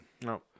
No